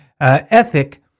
ethic